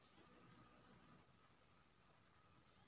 पाटक सोन सँ पैकिंग कपड़ा बनैत छै